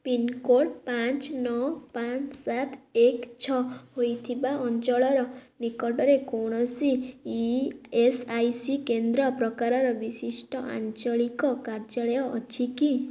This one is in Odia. ପିନ୍କୋଡ଼୍ ପାଞ୍ଚ ନଅ ପାଞ୍ଚ ସାତ ଏକ ଛଅ ହୋଇଥିବା ଅଞ୍ଚଳର ନିକଟରେ କୌଣସି ଇ ଏସ୍ ଆଇ ସି କେନ୍ଦ୍ର ପ୍ରକାର ବିଶିଷ୍ଟ ଆଞ୍ଚଳିକ କାର୍ଯ୍ୟାଳୟ ଅଛି କି